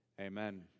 Amen